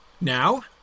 Now